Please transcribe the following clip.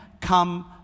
come